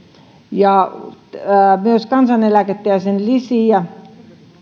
myös kansaneläkettä ja sen lisiä